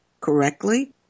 correctly